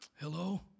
Hello